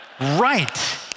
Right